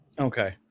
Okay